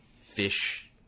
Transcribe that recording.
Fish